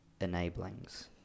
enablings